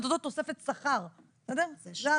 את ההפרש אנחנו הולכים לשלם.